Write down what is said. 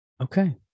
Okay